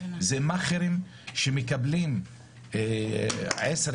אלא מאכערים שמקבלים 10,